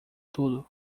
tudo